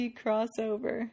crossover